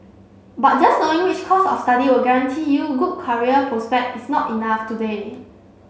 but just knowing which course of study will guarantee you good career prospect is not enough today